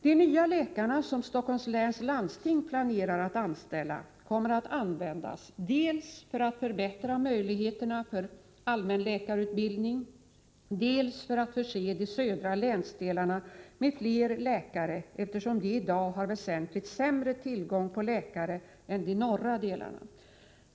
De nya läkarna, som Stockholms läns landsting planerar att anställa, kommer att användas dels för att förbättra möjligheterna för allmänläkarutbildning, dels för att förse de södra länsdelarna med fler läkare, eftersom de i dag har väsentligt sämre tillgång på läkare än de norra delarna.